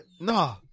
Nah